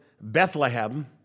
Bethlehem